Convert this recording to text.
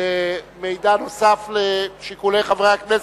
מידע לשיקולי חברי הכנסת.